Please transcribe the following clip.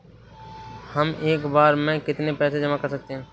हम एक बार में कितनी पैसे जमा कर सकते हैं?